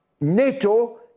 NATO